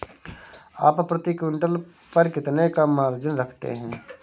आप प्रति क्विंटल पर कितने का मार्जिन रखते हैं?